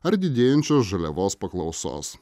ar didėjančios žaliavos paklausos